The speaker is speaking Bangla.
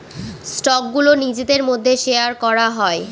স্টকগুলো নিজেদের মধ্যে শেয়ার করা হয়